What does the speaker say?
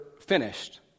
finished